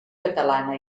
catalana